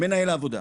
מנהל העבודה,